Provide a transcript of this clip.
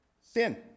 Sin